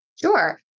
Sure